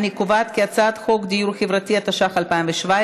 אני קובעת כי הצעת חוק דיור חברתי, התשע"ח 2017,